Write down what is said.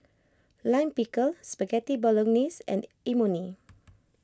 Lime Pickle Spaghetti Bolognese and Imoni